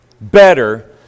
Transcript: better